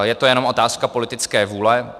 Je to jenom otázka politické vůle.